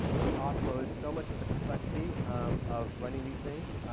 we off load so much of the complexity um of running these things.